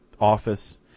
office